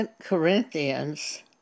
Corinthians